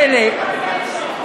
חלק,